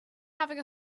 having